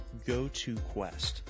GoToQuest